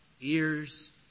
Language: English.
ears